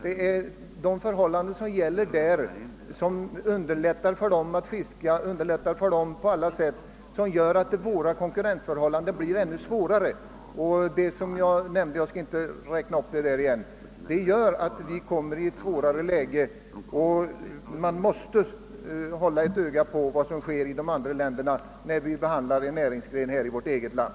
Det är de förhållanden som gäller där som gör fisket för dessa länders fiskare mera förmånligt och som gör att våra konkurrensförhållanden blir ännu svårare. Det jag anfört medför att våra fiskare kommer i ett svårare läge. Vi måste därför hålla ett öga på vad som sker i andra länder när vi behandlar en näringsgren här i vårt eget land.